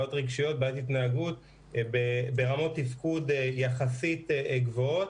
בעיות רגשיות ובעיות התנהגות ברמות תפקוד יחסית גבוהות